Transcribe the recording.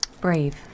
Brave